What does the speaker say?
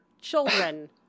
children